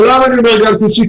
למה אני אומר גל שלישי?